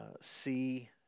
see